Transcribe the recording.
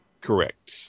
Correct